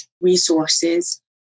resources